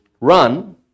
run